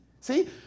See